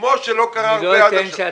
כמו שלא קרה הרבה עד עכשיו.